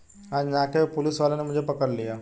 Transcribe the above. आज नाके पर पुलिस वाले ने मुझे पकड़ लिया